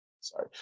Sorry